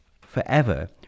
forever